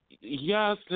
yes